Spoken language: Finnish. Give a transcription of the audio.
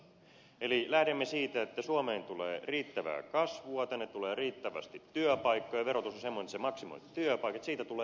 eli lähdemme siitä että suomeen tulee riittävää kasvua tänne tulee riittävästi työpaikkoja verotus on semmoinen että se maksimoi työpaikat siitä tule